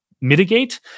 mitigate